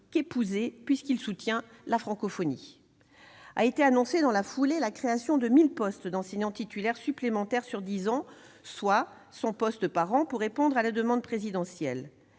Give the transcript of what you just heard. qu'épouser, puisqu'il soutient la francophonie. A été annoncée dans la foulée la création de 1 000 postes d'enseignants titulaires supplémentaires sur dix ans, soit 100 postes par an pour répondre à la demande présidentielle.